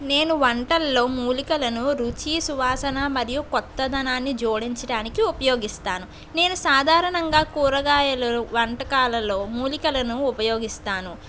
నేను వంటల్లో మూలికలను రుచి సువాసన మరియు కొత్తదనాన్ని జోడించటానికి ఉపయోగిస్తాను నేను సాధారణంగా కూరగాయలు వంటకాలలో మూలికలను ఉపయోగిస్తాను